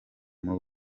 muri